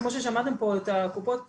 כמו ששמעתם פה מפי קופות החולים,